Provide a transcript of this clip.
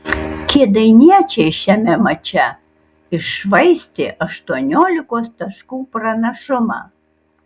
kėdainiečiai šiame mače iššvaistė aštuoniolikos taškų pranašumą